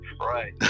Right